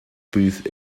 booth